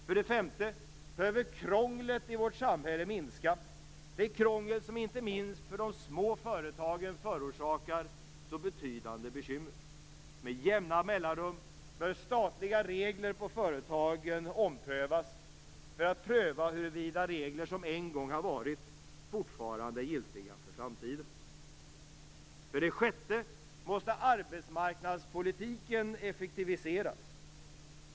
För det femte behöver krånglet i vårt samhälle minska, ett krångel som inte minst för de små företagen förorsakar betydande bekymmer. Med jämna mellanrum behöver statliga regler på företagen omprövas; detta för att pröva huruvida regler som en gång funnits fortfarande är giltiga för framtiden. För det sjätte måste arbetsmarknadspolitiken effektiviseras.